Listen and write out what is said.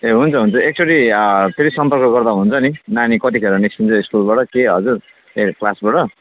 ए हुन्छ हुन्छ एकचोटि फेरि सम्पर्क गर्दा हुन्छ नि नानी कतिखेर निस्किन्छ स्कुलबाट के हजुर ए क्लासबाट